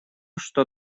что